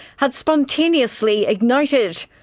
had spontaneously ignited.